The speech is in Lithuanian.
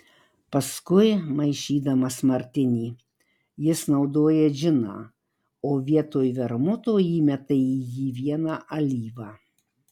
paskui maišydamas martinį jis naudoja džiną o vietoj vermuto įmeta į jį vieną alyvą